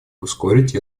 ускорить